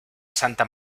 santa